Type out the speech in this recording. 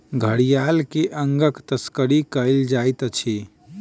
घड़ियाल के अंगक तस्करी कयल जाइत अछि